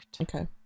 Okay